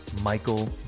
Michael